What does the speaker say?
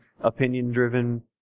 opinion-driven